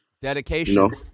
Dedication